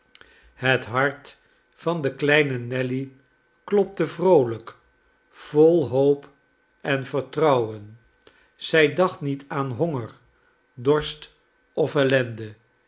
het hart der kleine nelly klopte vroolijk vol hoop en vertrouwen zij dacht niet aan honger dorst of ellende